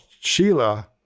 sheila